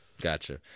Gotcha